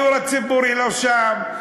הדיור הציבורי לא שם,